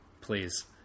Please